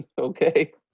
Okay